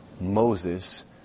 Moses